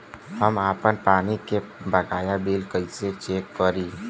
हम आपन पानी के बकाया बिल कईसे चेक करी?